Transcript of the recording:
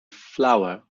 flour